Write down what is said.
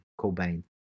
Cobain